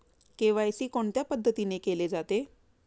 KYC कोणत्या पद्धतीने केले जाते?